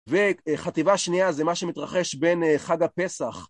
וחטיבה שנייה זה מה שמתרחש בין חג הפסח